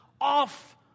off